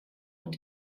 und